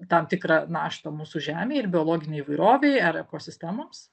tam tikrą naštą mūsų žemei ir biologinei įvairovei ar ekosistemoms